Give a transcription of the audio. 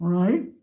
right